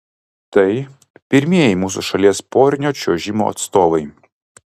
tai pirmieji mūsų šalies porinio čiuožimo atstovai